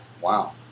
Wow